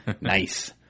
nice